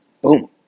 Boom